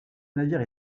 navire